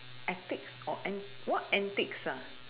antics or and not antics ah